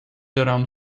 around